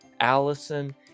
Allison